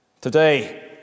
Today